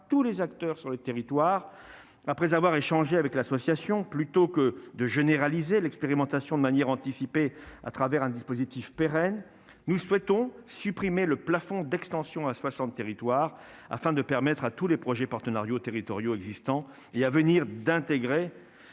tous les acteurs sur le territoire après avoir échangé avec l'association plutôt que de généraliser l'expérimentation de manière anticipée à travers un dispositif pérenne, nous souhaitons supprimer le plafond d'extension à 60 territoires afin de permettre à tous les projets partenariaux territoriaux existants, il y a venir d'intégrer